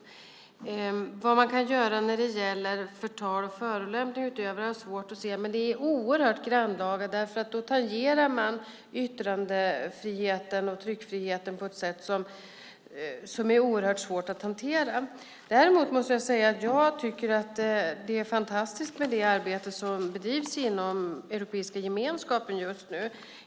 Jag har svårt att se vad man kan göra utöver detta när det gäller förtal och förolämpning. Det är oerhört grannlaga eftersom man då tangerar yttrandefriheten och tryckfriheten på ett sätt som är oerhört svårt att hantera. Däremot måste jag säga att jag tycker att det arbete som bedrivs inom Europeiska gemenskapen är fantastiskt.